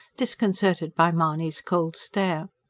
disconcerted by mahony's cold stare.